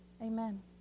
Amen